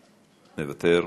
מוותר,